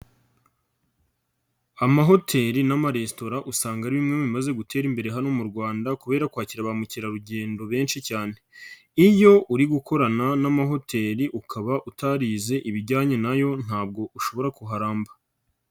Amahoteri n'amaresitora usanga ari bimwe mu bimaze gutera imbere hano mu Rwanda kubera kwakira ba mukerarugendo benshi cyane, iyo uri gukorana n'amahoteri ukaba utarize ibijyanye na yo ntabwo ushobora kuharamba.